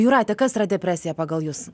jūratė kas yra depresija pagal jus